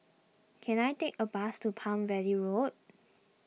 can I take a bus to Palm Valley Road